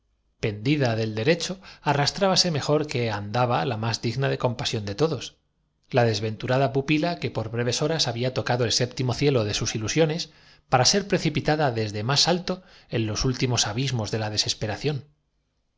había nu recho arrastrábase mejor que andaba la más digna de dos que á primera vista dejaban comprender por sus compasión de todos la desventurada pupila que por combinaciones que no habían sido hechos al azar el breves horas había tocado el séptimo cielo de sus ilu sabio dió un grito de asombro siones para ser precipitada desde más alto en los últi mos abismos de la desesperación